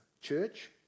Church